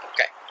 Okay